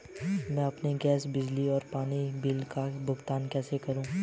मैं अपने गैस, बिजली और पानी बिल का भुगतान कैसे करूँ?